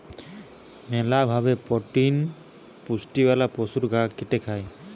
মেলা ভাবে প্রোটিন পুষ্টিওয়ালা পশুর গা কেটে খায়